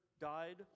died